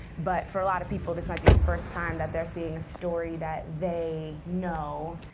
but for a lot of people, this might be the first time that they're seeing a story that they know,